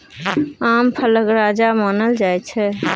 आम फलक राजा मानल जाइ छै